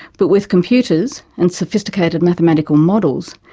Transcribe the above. but with computers and sophisticated mathematical models,